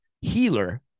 healer